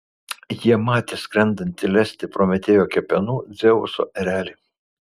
jie matė skrendantį lesti prometėjo kepenų dzeuso erelį